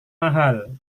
mahal